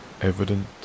evident